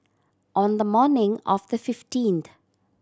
on the morning of the fifteenth